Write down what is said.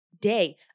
day